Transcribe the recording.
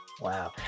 Wow